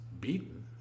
beaten